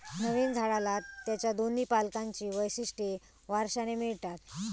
नवीन झाडाला त्याच्या दोन्ही पालकांची वैशिष्ट्ये वारशाने मिळतात